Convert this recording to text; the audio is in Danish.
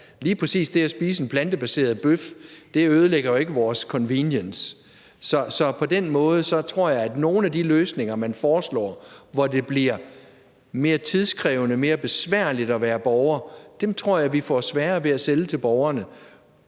Lige præcis det at spise en plantebaseret bøf ødelægger jo ikke vores convenience. Så på den måde tror jeg, at nogle af de løsninger, man foreslår, hvor det bliver mere tidskrævende, mere besværligt, at være borger, får vi sværere ved at sælge til borgerne